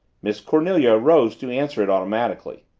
miss cornelia rose to answer it automatically.